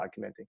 documenting